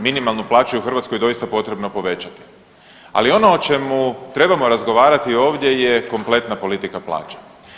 Minimalnu plaću u Hrvatskoj doista je potrebno povećati, ali ono o čemu trebamo razgovarati ovdje je kompletna politika plaća.